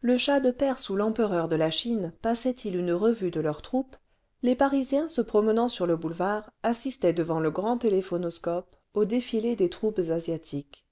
le shah de perse ou l'empereur de la chine passaient ils une revue de leurs troupes les parisiens se promenant sur le boulevard assistaient devant le grand téléphonoscope au défilé des troupes asiatiques